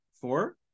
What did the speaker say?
Four